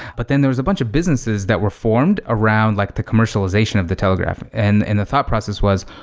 but then there's a bunch of businesses that were formed around like the commercialization of the telegraph, and and the thought process was,